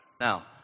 now